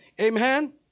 Amen